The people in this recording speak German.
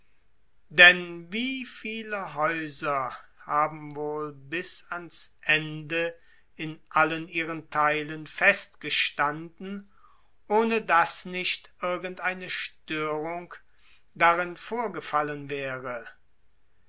denn wie viele häuser haben wohl bis an's ende in allen ihren theilen festgestanden ohne daß nicht irgend eine störung darin vorgefallen wäre